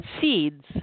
Seeds